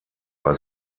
war